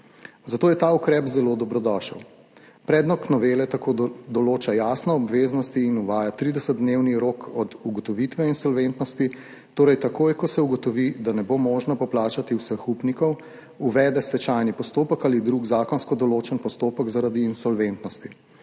zato je ta ukrep zelo dobrodošel. Predlog novele tako določa jasno obveznosti in uvaja 30-dnevni rok od ugotovitve insolventnosti, torej takoj, ko se ugotovi, da ne bo možno poplačati vseh upnikov, uvede stečajni postopek ali drug zakonsko določen postopek zaradi insolventnosti.